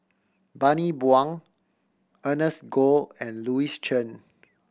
Bani Buang Ernest Goh and Louis Chen